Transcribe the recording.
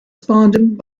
spawned